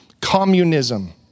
communism